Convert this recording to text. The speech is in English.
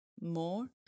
more